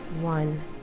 One